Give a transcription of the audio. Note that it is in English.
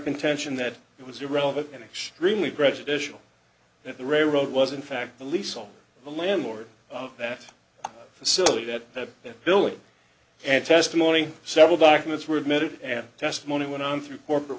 contention that it was irrelevant and extremely prejudicial that the railroad was in fact the lease on the landlord of that facility that billing and testimony several documents were admitted and testimony went on through corporate